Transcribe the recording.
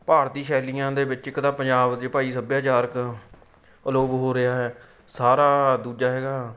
ਭਾਰਤੀ ਸ਼ੈਲੀਆਂ ਦੇ ਵਿੱਚ ਇੱਕ ਤਾਂ ਪੰਜਾਬ 'ਚ ਭਾਈ ਸੱਭਿਆਚਾਰਕ ਅਲੋਪ ਹੋ ਰਿਹਾ ਹੈ ਸਾਰਾ ਦੂਜਾ ਹੈਗਾ